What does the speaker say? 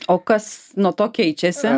o kas nuo to keičiasi